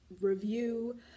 review